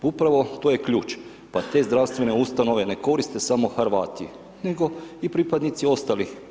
Upravo to je ključ pa te zdravstvene ustanove ne koriste samo Hrvati nego i pripadnici ostalih naroda.